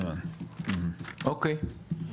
אוקיי,